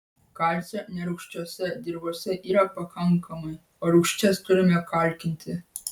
kalcio nerūgščiose dirvose yra pakankamai o rūgščias turime kalkinti